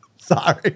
Sorry